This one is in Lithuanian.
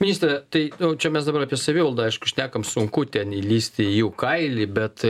ministre tai čia mes dabar apie savivaldą aišku šnekam sunku ten įlįsti į jų kailį bet